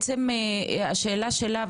השאלה שלה,